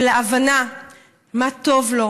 ולהבנה מה טוב לו,